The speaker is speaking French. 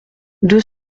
deux